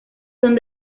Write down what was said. son